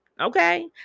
okay